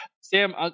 sam